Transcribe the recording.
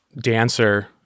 Dancer